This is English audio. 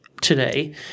today